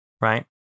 right